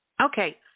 Okay